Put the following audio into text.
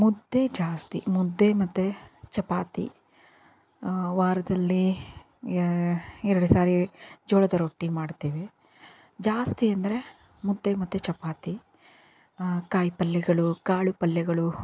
ಮುದ್ದೆ ಜಾಸ್ತಿ ಮುದ್ದೆ ಮತ್ತು ಚಪಾತಿ ವಾರದಲ್ಲಿ ಎರಡು ಸಾರಿ ಜೋಳದ ರೊಟ್ಟಿ ಮಾಡ್ತೀವಿ ಜಾಸ್ತಿ ಅಂದರೆ ಮುದ್ದೆ ಮತ್ತು ಚಪಾತಿ ಕಾಯಿ ಪಲ್ಯಗಳು ಕಾಳು ಪಲ್ಯಗಳು